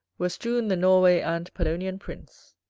were strewn the norway and polonian prince.